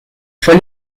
fue